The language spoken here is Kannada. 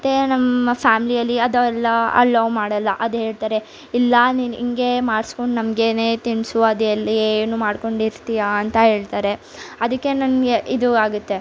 ಮತ್ತೆ ನಮ್ಮ ಫ್ಯಾಮಿಲಿಯಲ್ಲಿ ಅದೆಲ್ಲ ಅಲವ್ ಮಾಡಲ್ಲ ಅದು ಹೇಳ್ತಾರೆ ಇಲ್ಲ ನೀನು ಹೀಗೆ ಮಾಡ್ಸ್ಕೊಂಡು ನಮಗೇನೇ ತಿನ್ನಿಸು ಅದೇ ಎಲ್ಲ ಏನು ಮಾಡ್ಕೊಂಡಿರ್ತೀಯ ಅಂತ ಹೇಳ್ತಾರೆ ಅದಕ್ಕೆ ನನಗೆ ಇದು ಆಗುತ್ತೆ